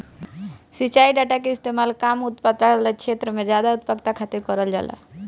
सिंचाई डाटा कअ इस्तेमाल कम उत्पादकता वाला छेत्र में जादा उत्पादकता खातिर करल जाला